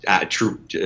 true